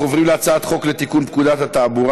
אנחנו עוברים להצעת חוק לתיקון פקודת התעבורה